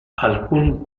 alcun